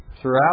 throughout